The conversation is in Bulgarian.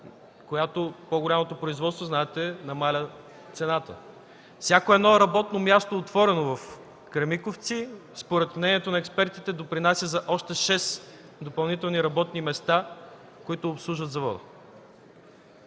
че по-голямото производство намалява цената. Всяко едно работно място, отворено в „Кремиковци”, според мнението на експертите, допринася за още 6 допълнителни работни места, които обслужват завода.